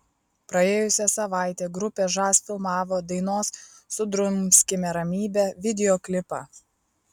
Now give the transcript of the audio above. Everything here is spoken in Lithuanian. praėjusią savaitę grupė žas filmavo dainos sudrumskime ramybę videoklipą